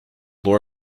law